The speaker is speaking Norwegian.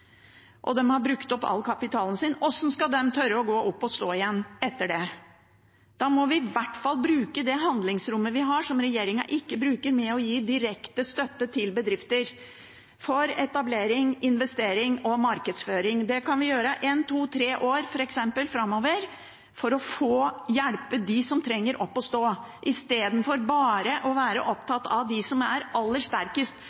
har brukt opp all kapitalen sin – hvordan skal de tørre å gå opp og stå igjen etter det? Da må vi i hvert fall bruke det handlingsrommet vi har, men som regjeringen ikke bruker, til å gi direkte støtte til bedrifter til etablering, investering og markedsføring. Det kan vi gjøre i f.eks. ett, to eller tre år framover, for å få hjelpe dem som trenger det, opp og stå, i stedet for bare å være